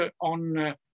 on